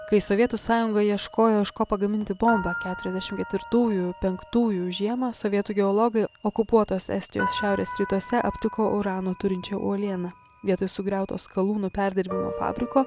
kai sovietų sąjunga ieškojo iš ko pagaminti bombą keturiasdešim ketvirtųjų penktųjų žiemą sovietų geologai okupuotos estijos šiaurės rytuose aptiko urano turinčią uolieną vietoj sugriauto skalūnų perdirbimo fabriko